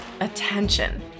attention